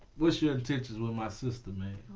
what's your intention with my sister, man.